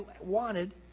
wanted